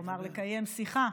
כלומר לקיים שיחה,